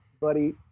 buddy